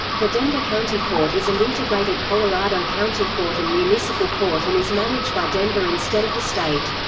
the denver county court is an integrated colorado county court and municipal court and is managed by denver instead of the state.